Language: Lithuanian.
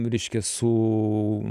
reiškia su